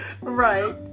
Right